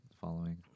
following